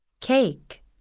Cake